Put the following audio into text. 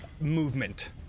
movement